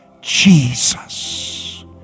Jesus